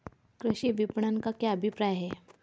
कृषि विपणन का क्या अभिप्राय है?